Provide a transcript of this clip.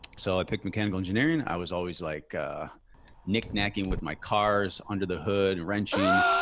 so i picked mechanical engineering. i was always like a knickknack in with my cars under the hood wrenching.